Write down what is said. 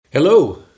Hello